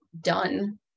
done